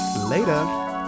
Later